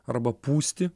arba pūsti